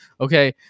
okay